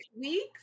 weeks